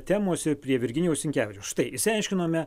temos ir prie virginijaus sinkevičiaus štai išsiaiškinome